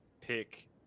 pick